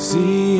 See